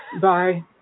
bye